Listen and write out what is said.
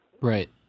Right